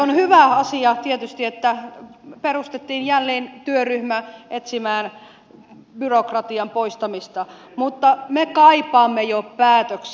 on hyvä asia tietysti että perustettiin jälleen työryhmä etsimään keinoja byrokratian poistamiseksi mutta me kaipaamme jo päätöksiä